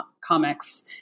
comics